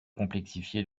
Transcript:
complexifier